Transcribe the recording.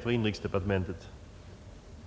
anförande i denna debatt.